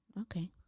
Okay